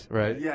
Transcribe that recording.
right